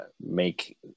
make